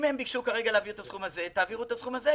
אם ביקשו כרגע להעביר הסכום הזה תעבירו את הסכום הזה.